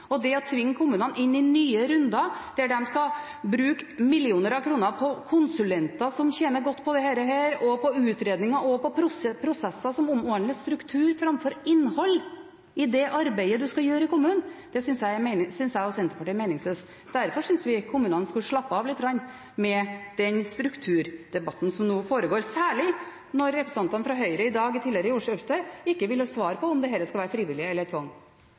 Og det å tvinge kommunene inn i nye runder, der de skal bruke millioner av kroner på konsulenter som tjener godt på dette, og på utredninger og prosesser som omhandler struktur framfor innholdet i det arbeidet en skal gjøre i kommunen, synes jeg og Senterpartiet er meningsløst. Derfor synes vi at kommunene skal slappe av lite grann når det gjelder den strukturdebatten som nå foregår, særlig når representantene fra Høyre i ordskiftet tidligere i dag ikke ville svare på om dette skal skje frivillig eller ved tvang. Med omsyn til det